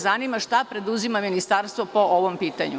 Zanima me šta preduzima Ministarstvo po ovom pitanju?